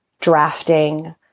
drafting